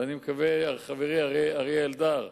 ואני מקווה, חברי אריה אלדד,